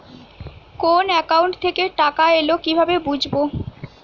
কোন একাউন্ট থেকে টাকা এল কিভাবে বুঝব?